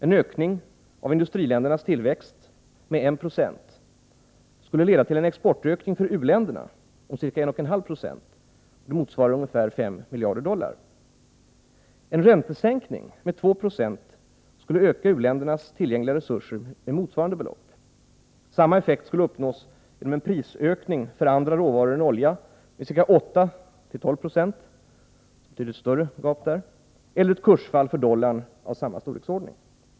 En ökning av industriländernas tillväxt med 1 96 skulle leda till en exportökning för u-länderna om ca 1,5 90, vilket motsvarar ca 5 miljarder dollar. En räntesänkning med 2 90 skulle öka u-ländernas tillgängliga resurser med motsvarande belopp. Samma effekt skulle uppnås genom en prisökning för andra råvaror än olja med ca 8-12 4, betydligt större belopp eller ett kursfall för dollarn av samma storleksordning.